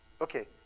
Okay